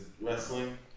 wrestling